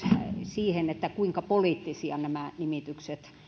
siihen kuinka poliittisia nämä nimitykset